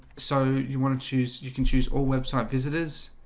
so you want to choose you can choose all website visitors,